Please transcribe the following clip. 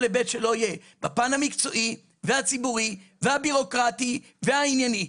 היבט שלא יהיה: בפן המקצועי והציבורי והבירוקרטי והענייני.